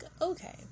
okay